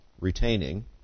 retaining